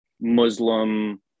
muslim